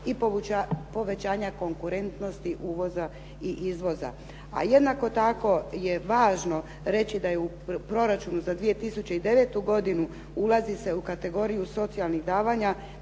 i povećanja konkurentnosti uvoza i izvoza. A jednako tako je važno reći da je u proračunu za 2009. godinu ulazi se u kategoriju socijalnih davanja